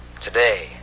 Today